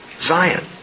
Zion